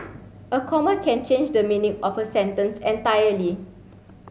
a comma can change the meaning of a sentence entirely